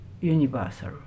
universal